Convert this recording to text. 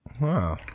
Wow